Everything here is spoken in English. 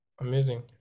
amazing